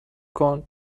کنی